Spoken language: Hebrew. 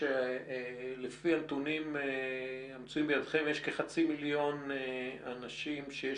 מבין שלפי הנתונים שבידכם יש כחצי מיליון אנשים שיש